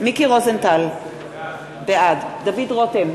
מיקי רוזנטל, בעד דוד רותם,